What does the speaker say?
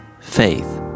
faith